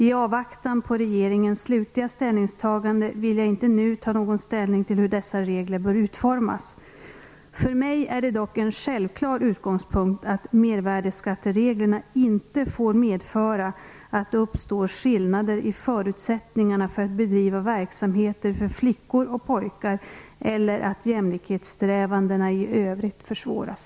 I avvaktan på regeringens slutliga ställningstagande vill jag inte nu ta någon ställning till hur dessa regler bör utformas. För mig är det dock en självklar utgångspunkt att mervärdesskattereglerna inte får medföra att det uppstår skillnader i förutsättningarna för att bedriva verksamheter för flickor och pojkar eller att jämlikhetssträvandena i övrigt försvåras.